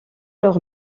leur